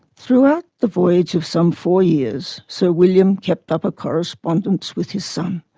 throughout the voyage of some four years sir william kept up a correspondence with his son,